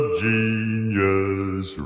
genius